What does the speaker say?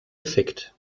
effekt